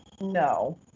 no